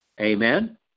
Amen